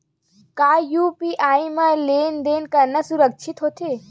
का यू.पी.आई म लेन देन करना सुरक्षित होथे?